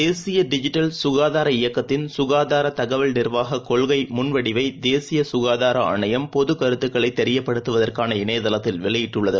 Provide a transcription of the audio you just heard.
தேசியடிஜிட்டல் இயக்கத்தின் சுகாதாரதகவல் க்கார நிர்வாககொள்கைமுன்வடிவைதேசியசுகாதாரஆணையம் பொதுகருத்துக்களைதெரியப்படுத்துவதற்கான இணையதளத்தில் வெளியிட்டுள்ளது